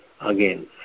again